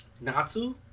Natsu